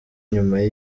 nyuma